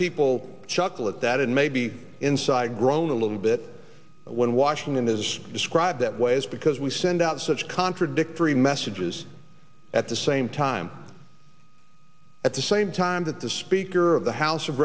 people chuckle at that and maybe inside grown a little bit when washington is described that way is because we send out such contradictory messages at the same time at the same time that the speaker of the house of